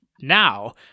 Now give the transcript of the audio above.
now